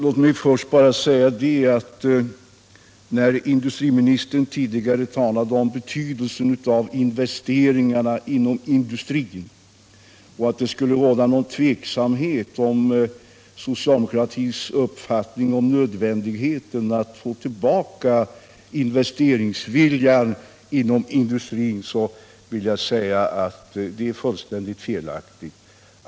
Herr talman! Industriministern talade tidigare om betydelsen av investeringarna inom industrin och menade att det kunde råda någon tveksamhet om socialdemokratins uppfattning om nödvändigheten av att få tillbaka investeringsviljan. Jag vill bara säga att det är fullständigt felaktigt.